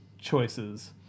choices